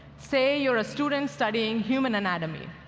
say you're a student studying human anatomy.